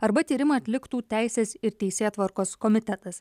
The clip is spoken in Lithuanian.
arba tyrimą atliktų teisės ir teisėtvarkos komitetas